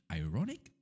ironic